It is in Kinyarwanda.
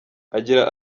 agira